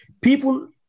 People